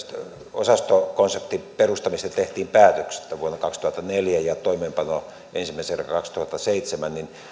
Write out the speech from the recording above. osastokonseptin perustamisesta tehtiin päätökset vuonna kaksituhattaneljä ja toimeenpano ensimmäisen kerran kaksituhattaseitsemän niin